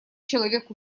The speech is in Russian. человек